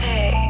Hey